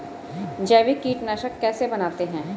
जैविक कीटनाशक कैसे बनाते हैं?